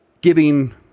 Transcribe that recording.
giving